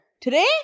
today